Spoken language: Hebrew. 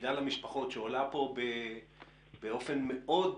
המידע למשפחות שעולה כאן באופן מאוד חזק,